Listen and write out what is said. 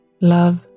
love